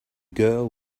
girl